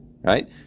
right